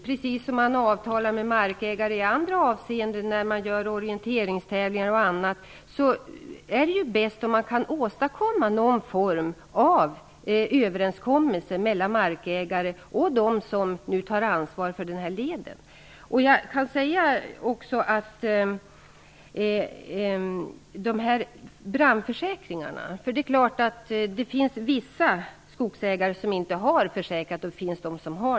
Precis som man avtalar med markägare i avseenden som rör exempelvis orienteringstävlingar är det då bäst, tycker jag, att åstadkomma någon form av överenskommelse mellan markägaren och dem som tar ansvar för leden. Självfallet finns det vissa skogsägare som inte har brandförsäkrat, likväl som det finns de som har det.